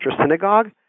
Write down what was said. synagogue